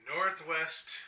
Northwest